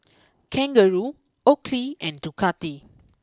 Kangaroo Oakley and Ducati